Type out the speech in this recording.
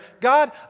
God